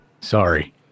Sorry